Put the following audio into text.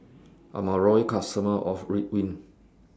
I'm A Loyal customer of Ridwind